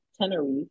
Tenerife